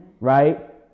right